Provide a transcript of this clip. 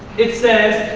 it says,